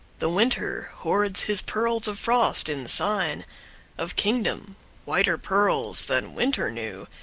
the winter hoards his pearls of frost in sign of kingdom whiter pearls than winter knew,